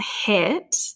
hit